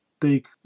take